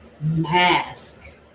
mask